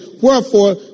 Wherefore